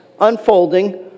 unfolding